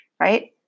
Right